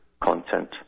content